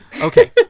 Okay